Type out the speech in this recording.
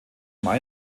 minor